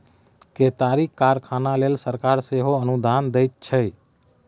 केतारीक कारखाना लेल सरकार सेहो अनुदान दैत छै